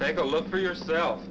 take a look for yourself